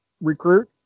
recruit